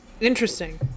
Interesting